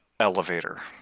elevator